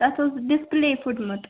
تتھ اوس ڈِسپٕلے پھُٹمُت